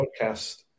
podcast